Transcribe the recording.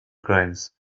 crimes